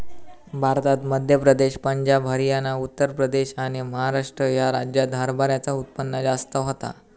भारतात मध्य प्रदेश, पंजाब, हरयाना, उत्तर प्रदेश आणि महाराष्ट्र ह्या राज्यांत हरभऱ्याचा उत्पन्न जास्त होता